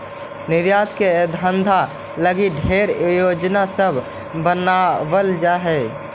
निर्यात के धंधा लागी ढेर योजना सब बनाबल जा हई